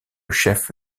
chef